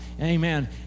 Amen